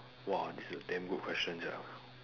!wah! this is a damn good question sia